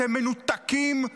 אתם מנותקים,